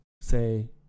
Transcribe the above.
say